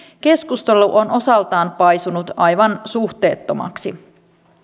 keskustelu on osaltaan paisunut aivan suhteettomaksi